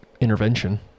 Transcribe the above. intervention